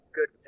Good